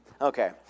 Okay